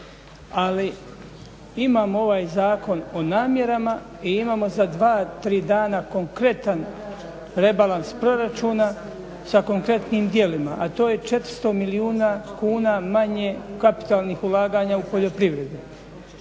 Ali imamo ovaj Zakon o namjerama i imamo za dva, tri dana konkretan rebalans proračuna sa konkretnim djelima, a to je 400 milijuna kuna manje kapitalnih ulaganja u poljoprivredu.